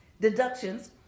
deductions